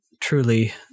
truly